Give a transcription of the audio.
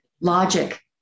Logic